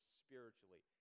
spiritually